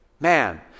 Man